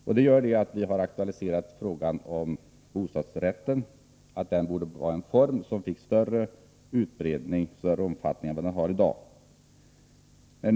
Vi har därför aktualiserat frågan om bostadsrätten. Vi anser att den bör få en större utbredning än den har i dag.